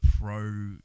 pro-